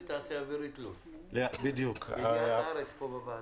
זה תעשייה אווירית לוד - ידיעת הארץ פה בוועדה.